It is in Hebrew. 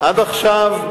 עד עכשיו,